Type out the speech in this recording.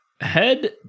Head